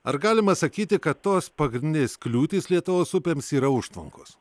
ar galima sakyti kad tos pagrindinės kliūtys lietuvos upėms yra užtvankos